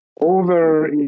over